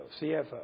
CFO